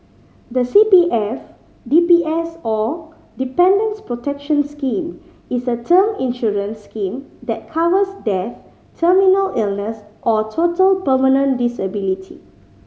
the C P F D P S or Dependants Protection Scheme is a term insurance scheme that covers death terminal illness or total permanent disability